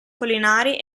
collinari